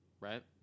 Right